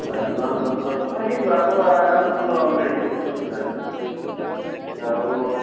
ଆଚ୍ଛା ନଅ ଦଶ ଲକ୍ଷ ହଁ ହେଇଯିବ ଆପଣ ଆରାମସେ ଭଲ ମିଳିଯିବ କିଛି ଅସୁବିଧା ନାହିଁ ଆଉ